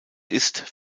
ist